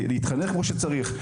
להתחנך כמו שצריך.